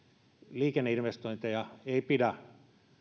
liikenneinvestointeja ei pidä